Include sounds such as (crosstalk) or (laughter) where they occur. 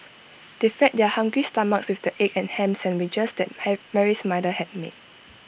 they fed their hungry stomachs with the egg and Ham Sandwiches that (unintelligible) Mary's mother had made